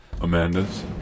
Amanda's